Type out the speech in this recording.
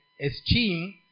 esteem